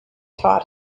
taught